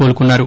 కోలుకున్నారు